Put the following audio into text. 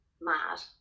mad